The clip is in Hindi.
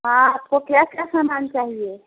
हाँ आपको क्या क्या सामान चाहिए